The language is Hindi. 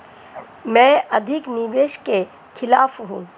मैं अधिक निवेश के खिलाफ हूँ